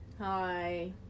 Hi